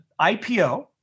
IPO